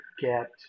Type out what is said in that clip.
get